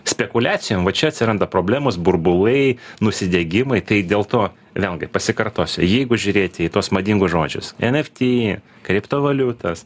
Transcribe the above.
spekuliacijom va čia atsiranda problemos burbulai nusidegimai tai dėl to vėlgi pasikartosiu jeigu žiūrėti į tuos madingus žodžius eft kriptovaliutos